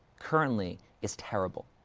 currently, is terrible.